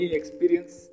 experience